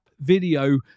video